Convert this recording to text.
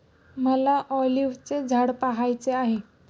मला ऑलिव्हचे झाड पहायचे आहे